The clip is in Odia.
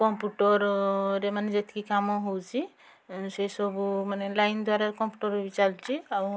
କମ୍ପ୍ୟୁଟରରେ ମାନେ ଯେତିକି କାମ ହେଉଛି ସେ ସବୁ ମାନେ ଲାଇନ୍ ଦ୍ୱାରା କମ୍ପ୍ୟୁଟର ବି ଚାଲୁଛି ଆଉ